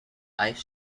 ice